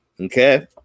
Okay